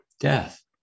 death